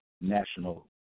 national